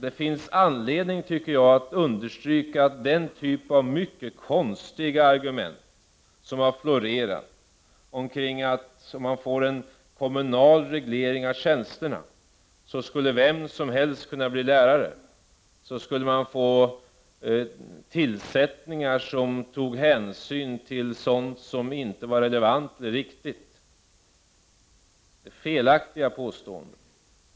Det finns anledning, tycker jag, att understryka att den typ av mycket konstiga argument som har florerat — att om man fick en kommunal reglering av tjänsterna skulle vem som helst kunna bli lärare, tillsättningar skulle göras där hänsyn tagits till sådant som inte var relevant eller riktigt — är felaktiga påståenden.